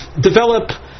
develop